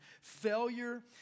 failure